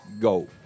go